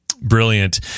Brilliant